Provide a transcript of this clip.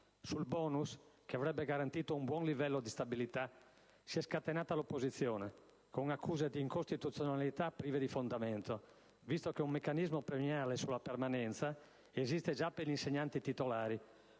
Sul *bonus*, che avrebbe garantito un buon livello di stabilità, si è scatenata l'opposizione con accuse di incostituzionalità prive di fondamento, visto che un meccanismo premiale sulla permanenza esiste già per gli insegnanti titolari,